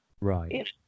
right